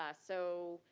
ah so,